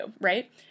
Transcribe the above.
right